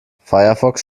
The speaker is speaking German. firefox